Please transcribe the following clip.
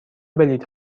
بلیط